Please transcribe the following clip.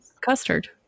custard